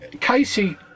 Casey